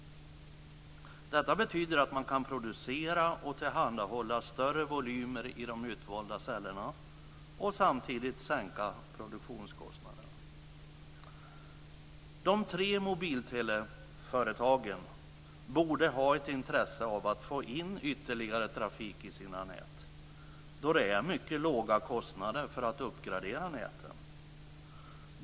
Detta betyder att man kan producera och tillhandahålla större volymer i de utvalda cellerna och samtidigt sänka produktionskostnaderna. De tre mobilteleföretagen borde ha ett intresse av att få in ytterligare trafik i sina nät då det är mycket låga kostnader för att uppgradera näten.